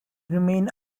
remain